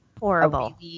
horrible